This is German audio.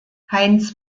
heinz